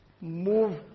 move